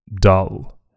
dull